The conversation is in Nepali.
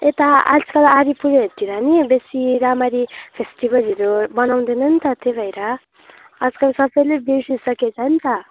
यता आजकल अलिपुरहरूतिर नि बेसी राम्ररी फेस्टिभलहरू मनाउँदैन नि त त्यही भएर आजकल सबैले बिर्सिसकेको छ नि त